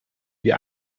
wie